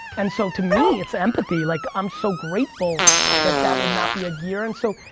and so to me, it's empathy. like i'm so grateful that that would not be a gear, and so,